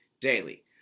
daily